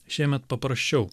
šiemet paprasčiau